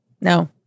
No